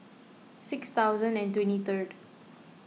six thousand and twenty third